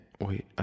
wait